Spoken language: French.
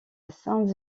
saint